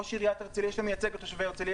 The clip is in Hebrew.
ראש עיריית הרצליה שמייצג את תושבי הרצליה